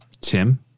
Tim